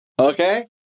Okay